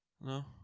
No